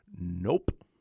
nope